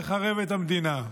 לחרב את המדינה.